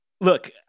Look